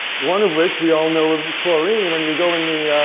one of which we all know of chlorine. when you go in the,